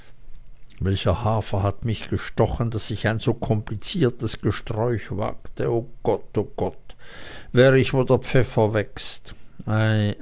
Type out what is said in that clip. welcher hafer hat mich gestochen daß ich ein so kompliziertes gesträuch wagte o gott o gott wär ich wo der pfeffer wächst